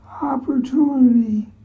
opportunity